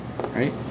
right